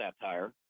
satire